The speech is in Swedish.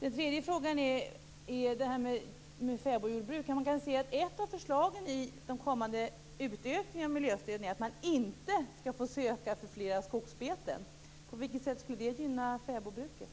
Den tredje frågan gäller fäboddjurbruk. Ett av förslagen i samband med den kommande utökningen av miljöstödet innebär att man inte skall få söka stöd för flera skogsbeten. På vilket sätt skulle det gynna fäbodbruket?